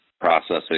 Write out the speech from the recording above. processing